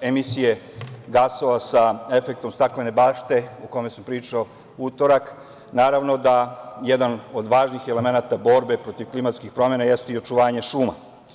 emisije gasova sa efektom staklene bašte o kome sam pričao u utorak, naravno da jedan od važnih elemenata borbe protiv klimatskih promena jeste i očuvanje šuma.